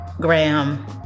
Graham